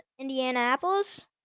Indianapolis